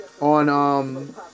On